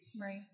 Right